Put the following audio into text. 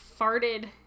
farted